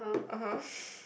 (uh huh)